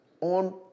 on